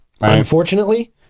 unfortunately